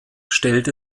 stellt